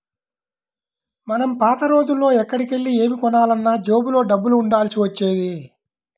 మనం పాత రోజుల్లో ఎక్కడికెళ్ళి ఏమి కొనాలన్నా జేబులో డబ్బులు ఉండాల్సి వచ్చేది